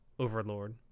Overlord